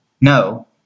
No